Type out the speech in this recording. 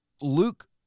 Luke